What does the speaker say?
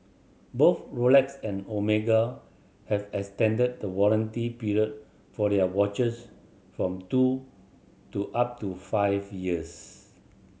both Rolex and Omega have extended the warranty period for their watches from two to up to five years